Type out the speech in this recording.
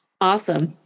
Awesome